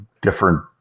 different